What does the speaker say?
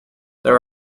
there